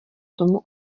tomu